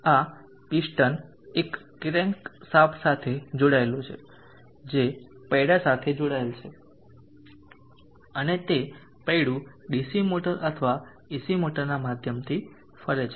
આ પિસ્ટન એક crank shaft સાથે જોડાયેલું છે જે પૈડા સાથે જોડાયેલ છે અને તે પૈડું ડીસી મોટર અથવા એસી મોટરના માધ્યમથી ફરે છે